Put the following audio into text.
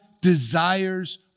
desires